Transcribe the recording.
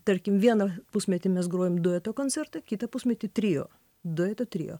tarkim vieną pusmetį mes grojom dueto koncertą kitą pusmetį trio dueto trio